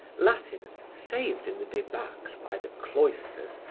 latin, saved in the debacle by the cloisters,